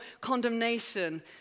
condemnation